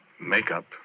makeup